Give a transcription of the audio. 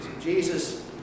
Jesus